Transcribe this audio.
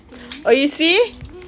oh you see